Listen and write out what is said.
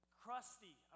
crusty